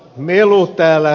arvoisa puhemies